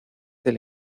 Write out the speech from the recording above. del